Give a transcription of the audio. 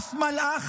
אף מלאך,